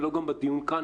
ולא בדיון כאן,